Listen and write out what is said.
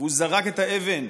והוא זרק את האבן.